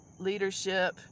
leadership